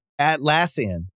Atlassian